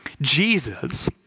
Jesus